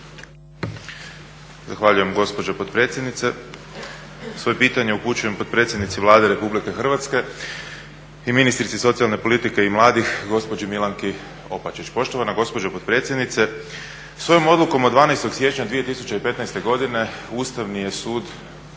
Zahvaljujem gospođo potpredsjednice. Svoje pitanje upućujem potpredsjednici Vlade RH i ministrici socijalne politike i mladih gospođi Milanki Opačić. Poštovana gospođo potpredsjednice, svojom odlukom od 12.siječnja 2015.godine Ustavni je sud